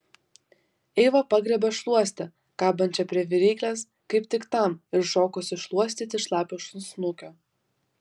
eiva pagriebė šluostę kabančią prie viryklės kaip tik tam ir šokosi šluostyti šlapio šuns snukio